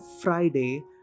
Friday